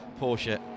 Porsche